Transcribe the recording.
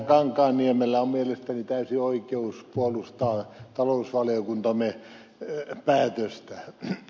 kankaanniemellä on mielestäni täysi oikeus puolustaa talousvaliokuntamme päätöstä